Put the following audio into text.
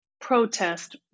protest